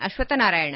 Ashwathnarayan